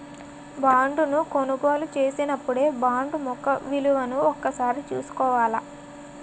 బాండును కొనుగోలు చేసినపుడే బాండు ముఖ విలువను ఒకసారి చూసుకోవాల